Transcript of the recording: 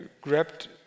grabbed